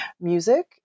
music